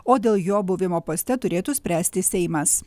o dėl jo buvimo poste turėtų spręsti seimas